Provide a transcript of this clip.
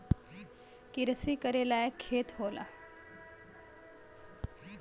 किरसी करे लायक खेत होला